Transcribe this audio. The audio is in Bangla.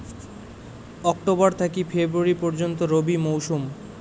অক্টোবর থাকি ফেব্রুয়ারি পর্যন্ত রবি মৌসুম